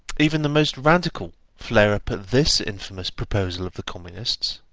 even the most radical flare up at this infamous proposal of the communists.